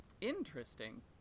Interesting